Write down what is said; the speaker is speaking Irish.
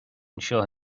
anseo